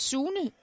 Sune